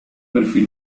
perfil